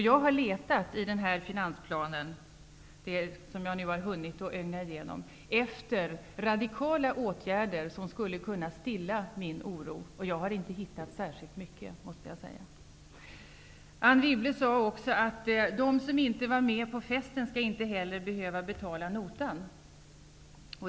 Jag har letat i finansplanen -- det jag har hunnit ögna igenom -- efter radikala åtgärder som skulle kunna stilla min oro. Jag har inte hittat särskilt mycket, måste jag säga. Anne Wibble sade också att de som inte var med på festen inte heller skall behöva betala notan.